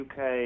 UK